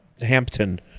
Hampton